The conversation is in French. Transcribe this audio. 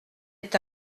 est